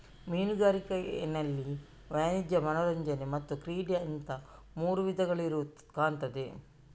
ಮೀನುಗಾರಿಕೆನಲ್ಲಿ ವಾಣಿಜ್ಯ, ಮನರಂಜನೆ ಮತ್ತೆ ಕ್ರೀಡೆ ಅಂತ ಮೂರು ವಿಧಗಳಿರುದು ಕಾಣ್ತದೆ